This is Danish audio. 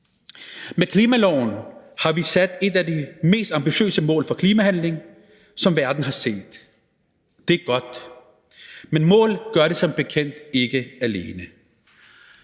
Med klimaloven har vi sat et af de mest ambitiøse mål for klimahandling, som verden har set. Det er godt, men mål gør det som bekendt ikke alene.